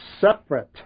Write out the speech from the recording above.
separate